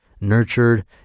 nurtured